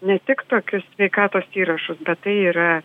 ne tik tokius sveikatos įrašus bet tai yra